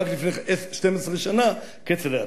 רק לפני 12 שנה: כצל'ה,